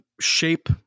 shape